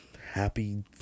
happy